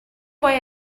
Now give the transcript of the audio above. why